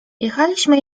jechaliśmy